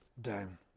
down